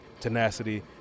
tenacity